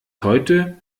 heute